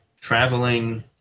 traveling